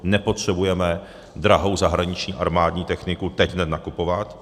Nepotřebujeme drahou zahraniční armádní techniku teď nakupovat.